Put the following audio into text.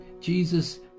Jesus